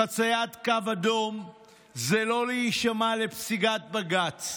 חציית קו אדום היא לא להישמע לפסיקת בג"ץ.